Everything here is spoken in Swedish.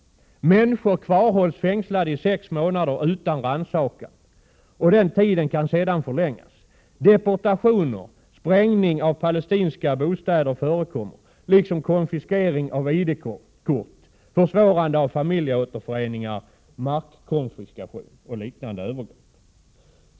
Människor kvarhålls fängslade i sex månader utan rannsakan. Den tiden kan sedan förlängas. Deportationer och sprängning av palestinska bostäder förekommer liksom konfiskering av ID-kort, försvårande av familjeåterföreningar, markkonfiskation och liknande övergrepp.